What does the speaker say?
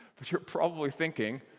but you're probably thinking,